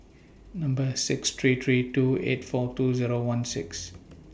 Number six three three two eight four two Zero one six